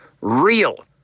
real